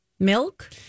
Milk